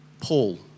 Paul